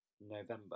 November